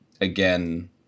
again